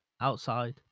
outside